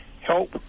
help